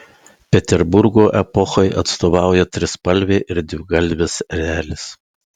peterburgo epochai atstovauja trispalvė ir dvigalvis erelis